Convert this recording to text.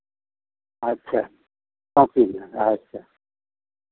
अच्छा कॉपी में अच्छा